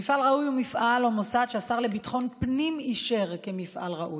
מפעל ראוי הוא מפעל או מוסד שהשר לביטחון פנים אישר כמפעל ראוי,